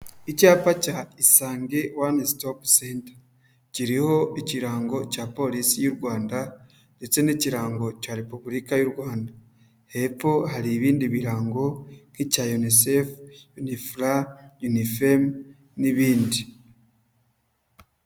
Icyapa cya Isange One Stop Centre kiriho ikirango cya Polisi y'u Rwanda ndetse n'ikirango cya Repubulika y'u Rwanda. Hepfo hari ibindi birango nk'icya UNICEF, UNIFRA, UNIFEM n'ibindi.